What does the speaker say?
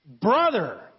brother